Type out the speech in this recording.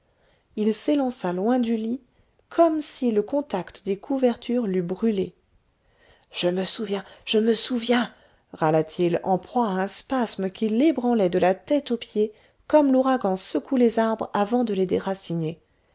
il s'élança loin du lit comme si le contact des couvertures l'eût brûlé je me souviens je me souviens râla t il en proie à un spasme qui l'ébranlait de la tête aux pieds comme l'ouragan secoue les arbres avant de les déraciner